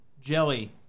Jelly